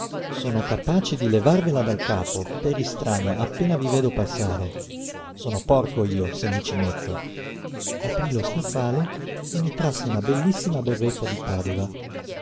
sono capace di levarvela dal capo per istrada appena vi vedo passare sono porco io se mi ci metto aprí lo scaffale e ne trasse una bellissima berretta di padova